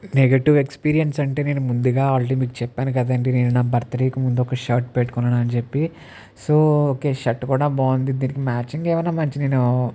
negative experience అంటే నేను ముందుగా ఆల్రెడీ మీకు చెప్పాను కదండి నేను నా బర్త్డేకి ముందు ఒక షార్ట్ పెట్టుకున్నాను అని చెప్పి సో ఓకే షర్ట్ కూడా బాగుంది దీనికి మ్యాచింగ్ ఏమైనా మంచి నేను